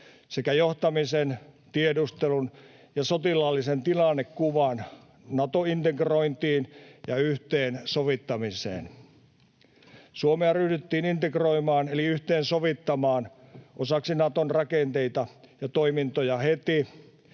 sekä johtamisen, tiedustelun ja sotilaallisen tilannekuvan Nato-integrointiin ja yhteensovittamiseen. Suomea ryhdyttiin integroimaan eli yhteensovittamaan osaksi Naton rakenteita ja toimintoja heti,